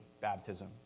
baptism